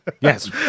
Yes